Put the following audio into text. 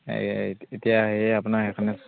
এই এতিয়া সেই আপোনাৰ সেই কাৰণে